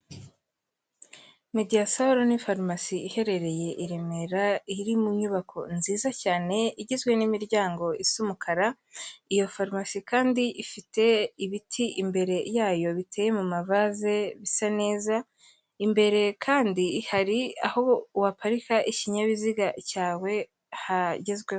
Mediyasoro ni farumasi iherereye i Remera, iri mu nyubako nziza cyane igizwe n'imiryango isa umukara, iyo farumasi kandi ifite ibiti imbere yayo biteye mu mavase bisa neza, imbere kandi hari aho waparika ikinyabiziga cyawe hagezweho.